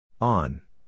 On